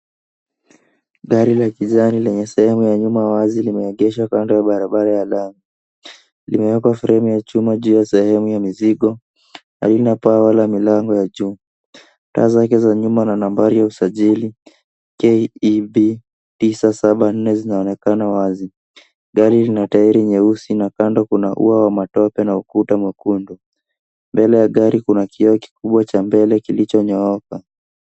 Gari la kijani lenye sehemu ya nyuma wazi limeegeshwa kando ya barabara ya lami. Limeekwa fremu ya chuma juu ya sehemu ya mizigo, halina paa wala milango ya juu. Taa zake za nyuma na nambari ya usajili, KEB, tisa saba nne zinaonekana wazi. Gari lina tairi nyeusi na kando kuna ua wa matope na ukuta mwekundu. Mbele ya gari kuna kioo kikubwa cha mbele kilichonyooka